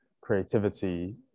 creativity